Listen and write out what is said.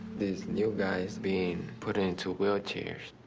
new guys being put into wheelchairs,